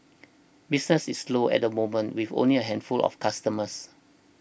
business is slow at the moment with only a handful of customers